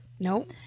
Nope